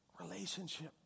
Relationship